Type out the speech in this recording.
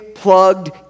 Plugged